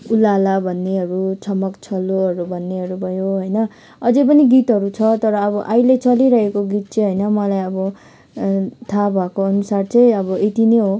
उल्लाला भन्नेहरू छम्मक छल्लोहरू भन्नेहरू भयो होइन अझै पनि गीतहरू छ तर अब अहिले चलिरहेको गीत चाहिँ होइन मलाई अब थाहा भएको अनुसार चाहिँ अब यति नै हो